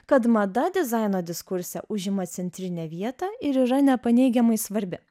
kad mada dizaino diskurse užima centrinę vietą ir yra nepaneigiamai svarbi